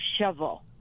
shovel